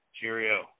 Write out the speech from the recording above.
Cheerio